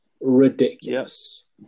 ridiculous